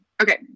Okay